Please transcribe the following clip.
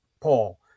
Paul